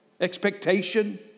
expectation